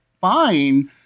fine